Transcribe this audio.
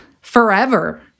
forever